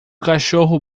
cachorro